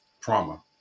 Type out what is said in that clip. trauma